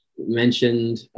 mentioned